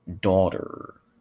daughter